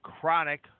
Chronic